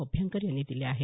अभ्यंकर यांनी दिल्या आहेत